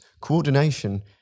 coordination